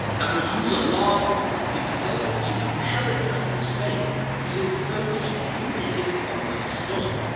that would use a large, reflective sail to propel itself through space using photons emitted from the sun.